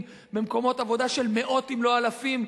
במקומות עבודה של מאות אם לא אלפים,